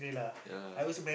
yea